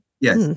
Yes